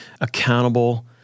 accountable